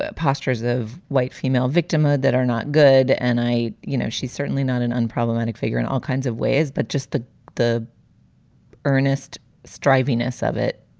ah posture's of white female victimhood that are not good. and i you know, she's certainly not an unproblematic figure in all kinds of ways, but just the the earnest striving ness of it.